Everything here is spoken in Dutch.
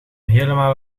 helemaal